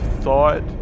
thought